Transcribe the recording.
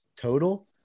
total